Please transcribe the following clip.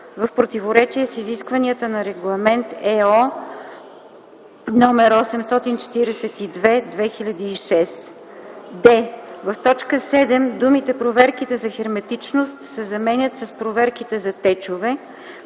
в противоречие с изискванията на Регламент /ЕО/ № 842/2006”; д) в т. 7 думите „проверките за херметичност” се заменят с „проверките за течове”,